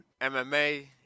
MMA